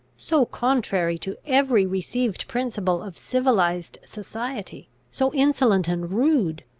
so contrary to every received principle of civilised society, so insolent and rude,